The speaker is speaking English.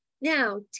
Now